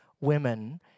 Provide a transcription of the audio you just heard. women